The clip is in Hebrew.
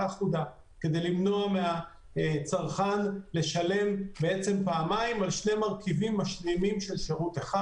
אחודה כדי למנוע מהצרכן לשלם פעמיים על שני מרכיבים משלימים של שירות אחד.